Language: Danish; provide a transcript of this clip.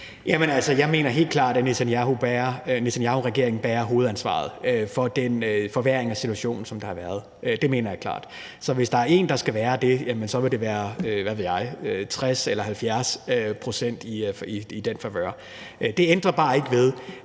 Jeg mener helt klart, at Netanyahuregeringen bærer hovedansvaret for den forværring af situationen, som der har været. Det mener jeg klart. Så hvis der er en, der skal være hovedansvarlig, vil det nok være, hvad ved